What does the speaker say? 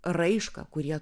raišką kurie